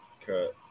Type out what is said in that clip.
cut